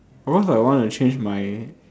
of course I want to change my